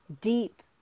deep